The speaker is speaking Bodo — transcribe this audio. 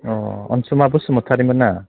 अ अनसुमा बसुमथारिमोनना